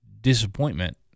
disappointment